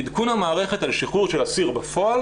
עדכון המערכת על שחרור של אסיר בפועל